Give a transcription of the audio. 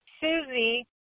Susie